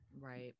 Right